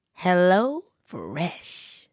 HelloFresh